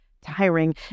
tiring